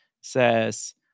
says